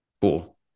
Cool